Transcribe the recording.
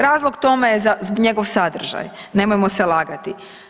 Razlog tome je njegov sadržaj, nemojmo se lagati.